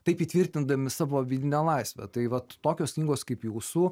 taip įtvirtindami savo vidinę laisvę tai vat tokios knygos kaip jūsų